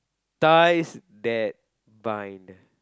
ties that bind